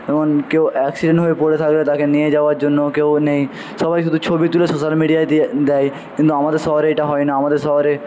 যেমন কেউ অ্যাক্সিডেন্ট হয়ে পড়ে থাকলে তাকে নিয়ে যাওয়ার জন্যও কেউ নেই সবাই শুধু ছবি তুলে সোশ্যাল মিডিয়ায় দিয়ে দেয় কিন্তু আমাদের শহরে এটা হয় না আমাদের শহরে